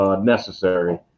Necessary